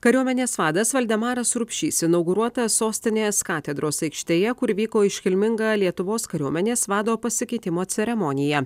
kariuomenės vadas valdemaras rupšys inauguruotas sostinės katedros aikštėje kur vyko iškilminga lietuvos kariuomenės vado pasikeitimo ceremonija